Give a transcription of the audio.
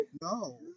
No